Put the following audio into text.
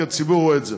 כי הציבור רואה את זה.